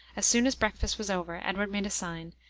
as soon as breakfast was over, edward made a sign,